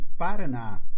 Paraná